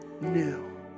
new